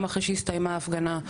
גם אחרי שהסתיימה ההפגנה.